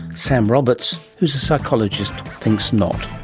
sam roberts, who is a psychologist, thinks not.